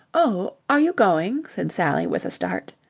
oh, are you going? said sally with a start.